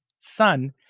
Son